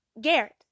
Garrett